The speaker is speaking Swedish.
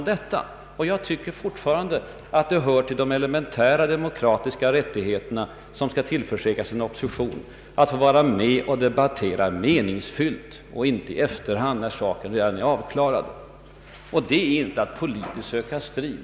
Det är fortfarande enligt min mening en elementär demokratisk rättighet för oppositionen att tillförsäkras att få vara med och debattera på ett meningsfullt sätt och inte i efterhand, när saken redan är avklarad. Och att framföra sådana synpunkter det innebär inte att man av, som det hette, politiska skäl söker strid.